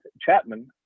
chapman